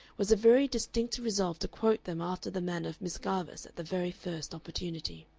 was a very distinct resolve to quote them after the manner of miss garvice at the very first opportunity.